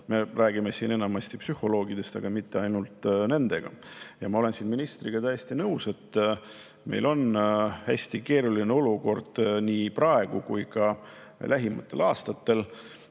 Me räägime siin enamasti psühholoogidest, aga mitte ainult. Ma olen ministriga täiesti nõus, et meil on hästi keeruline olukord nii praegu kui ka lähimatel aastatel.